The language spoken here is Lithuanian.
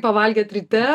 pavalgėt ryte